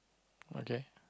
okay